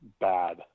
bad